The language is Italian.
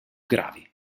gravi